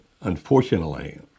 Unfortunately